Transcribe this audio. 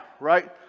right